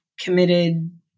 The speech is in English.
committed